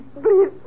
please